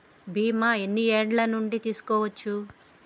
బీమా ఎన్ని ఏండ్ల నుండి తీసుకోవచ్చు?